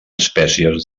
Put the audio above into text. espècies